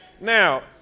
Now